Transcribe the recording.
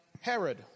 Herod